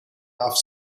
off